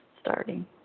starting